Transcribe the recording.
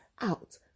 out